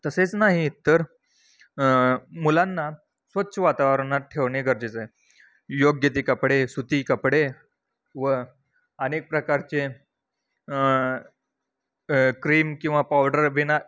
तसेच नाही तर मुलांना स्वच्छ वातावरणात ठेवणे गरजेचं आहे योग्य ते कपडे सुती कपडे व अनेक प्रकारचे क्रीम किंवा पावडर बिना